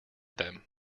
them